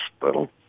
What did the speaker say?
hospital